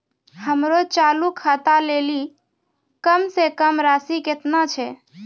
हमरो चालू खाता लेली कम से कम राशि केतना छै?